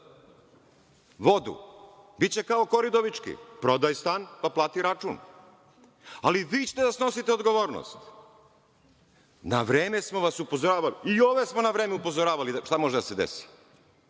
Biće kao Kori Udovički, prodaj stan, pa plati račun. Ali, vi ćete da snosite odgovornost. Na vreme smo vas upozoravali. I ove smo na vreme upozoravali šta može da se desi.